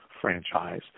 franchise